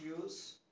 use